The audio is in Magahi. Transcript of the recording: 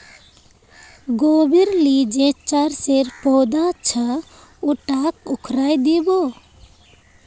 गोबीर ली जे चरसेर पौधा छ उटाक उखाड़इ दी बो